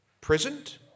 prisoned